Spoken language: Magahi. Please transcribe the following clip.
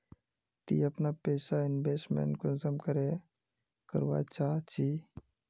ती अपना पैसा इन्वेस्टमेंट कुंसम करे करवा चाँ चची?